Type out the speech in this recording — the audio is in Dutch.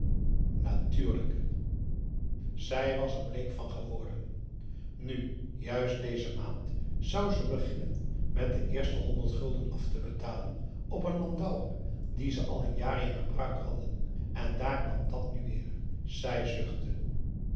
natuurlijk zij was er bleek van geworden nu juist deze maand zou ze beginnen met de eerste honderd gulden af te betalen op een landauer die ze al een jaar in gebruik hadden en daar kwam dàt nu weer zij zuchtte